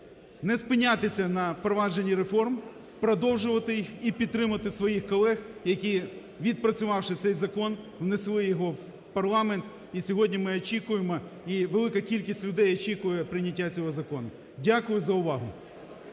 не спинятися на впровадженні реформ, продовжувати їх і підтримати своїх колег, які, відпрацювавши цей закон, внести його парламент і сьогодні ми очікуємо, і велика кількість людей очікує прийняття цього закону. Дякую за увагу.